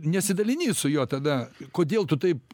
nesidalini su juo tada kodėl tu taip